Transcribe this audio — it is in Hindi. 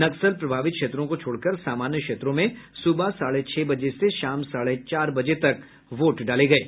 नक्सल प्रभावित क्षेत्रों को छोड़कर सामान्य क्षेत्रों में सुबह साढ़े छह बजे से शाम साढ़े चार बजे तक वोट डाले गये